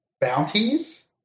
bounties